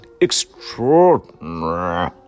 extraordinary